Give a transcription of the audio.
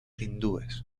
hindúes